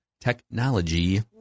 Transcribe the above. technology